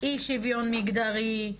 אי שוויון מגדרי,